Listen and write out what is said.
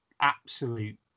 absolute